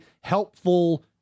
helpful